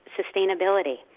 sustainability